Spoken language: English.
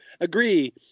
agree